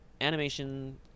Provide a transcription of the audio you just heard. animation